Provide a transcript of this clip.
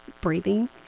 breathing